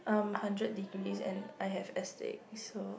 um hundred degrees and I have astig so